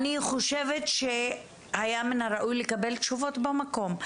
אני חושבת שהיה מן הראוי לקבל תשובות במקום.